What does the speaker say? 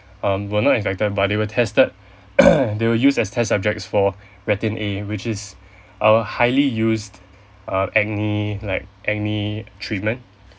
um were not infected but they were tested they were used as test subjects for retin A which is uh highly used uh acne like acne treatment